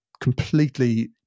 completely